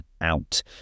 out